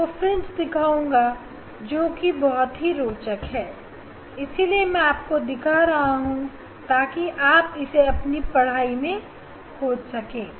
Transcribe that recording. आपको fringe दिखाऊंगा जोकि बहुत ही रोचक है इसलिए मैं आपको दिखा रहा हूं ताकि आप इसे अपनी पढ़ाई में खोज सके